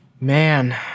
Man